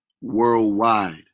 worldwide